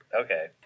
okay